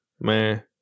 man